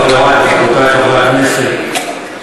חברי וחברותי חברי הכנסת,